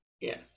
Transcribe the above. Yes